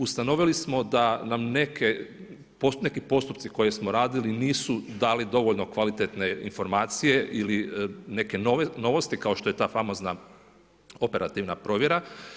Ustanovili smo da nam neki postupci koje smo radili, nisu dali dovoljno kvalitetne informacije ili neke novosti kao što je ta famozna operativna provjera.